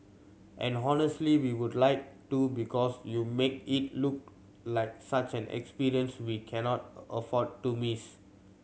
and honestly we would like to because you make it look like such an experience we cannot a afford to miss